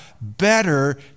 better